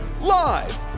Live